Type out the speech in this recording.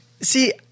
See